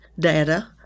data